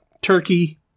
turkey